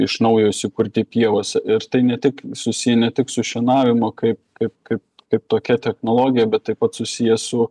iš naujo įsikurti pievose ir tai ne tik susiję ne tik su šienavimu kaip kaip kaip kaip tokia technologija bet taip pat susiję su